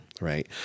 Right